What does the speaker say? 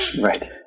right